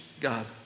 God